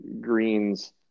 greens